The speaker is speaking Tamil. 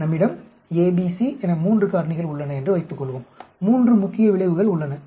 நம்மிடம் a b c என மூன்று காரணிகள் உள்ளன என்று வைத்துக்கொள்வோம் 3 முக்கிய விளைவுகள் உள்ளன